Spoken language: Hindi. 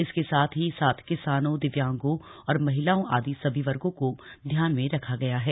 इसके साथ ही साथ किसानों दिव्यांगों और महिलाओं आदि सभी वर्गो को ध्यान में रखा गया है